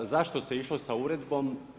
Zašto se išlo sa uredbom?